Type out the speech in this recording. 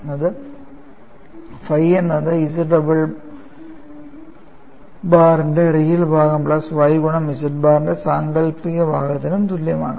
ഇത് ഫൈ എന്നത് Z double ബാറിന്റെ റിയൽ ഭാഗം പ്ലസ് y ഗുണം Z ബാറിന്റെ സാങ്കൽപ്പിക ഭാഗത്തിനും തുല്യമാണ്